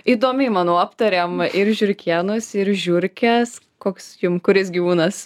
įdomiai manau aptarėm ir žiurkėnus ir žiurkes koks jum kuris gyvūnas